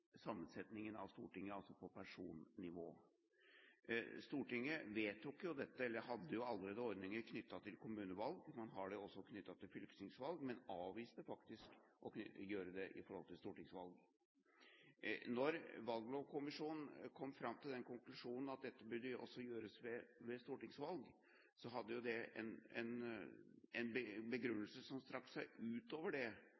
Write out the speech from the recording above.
sammensetningen av Stortinget, altså på personnivå. Man hadde jo allerede ordninger knyttet til kommunevalg, og også til fylkestingsvalg, men Stortinget avviste å gjøre det når det gjaldt stortingsvalg. Når Valglovutvalget kom fram til den konklusjonen at dette også burde gjelde ved stortingsvalg, hadde det en begrunnelse som strakte seg utover det som knyttet seg direkte til spørsmålet om velgerne skulle få denne innflytelsen, som er det viktigste. Det hadde en